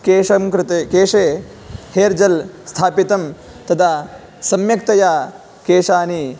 केशं कृते केशे हेर्जेल् स्थापितं तदा सम्यक्तया केशानि